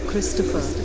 Christopher